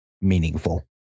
meaningful